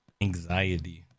anxiety